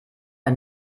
der